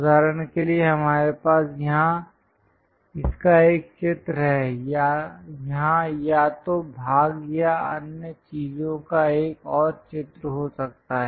उदाहरण के लिए हमारे पास यहाँ इसका एक चित्र है यहाँ या तो भाग या अन्य चीजों का एक और चित्र हो सकता है